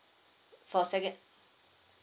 for a seco~